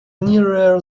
nearer